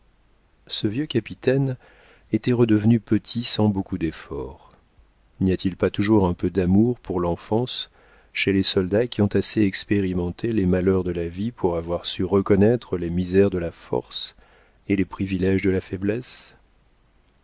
ce vieux capitaine était redevenu petit sans beaucoup d'efforts n'y a-t-il pas toujours un peu d'amour pour l'enfance chez les soldats qui ont assez expérimenté les malheurs de la vie pour avoir su reconnaître les misères de la force et les priviléges de la faiblesse